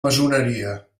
maçoneria